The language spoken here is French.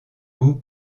goût